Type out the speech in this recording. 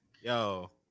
Yo